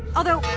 although.